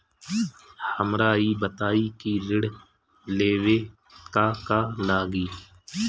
हमरा ई बताई की ऋण लेवे ला का का लागी?